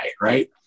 Right